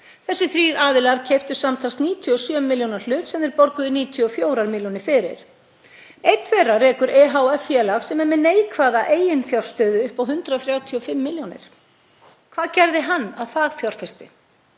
Þessir þrír aðilar keyptu samtals 97 milljóna hlut sem þeir borguðu 94 milljónir fyrir. Einn þeirra rekur ehf.-félag sem er með neikvæða eiginfjárstöðu upp á 135 milljónir. Hvað gerði hann að fagfjárfesti?